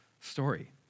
story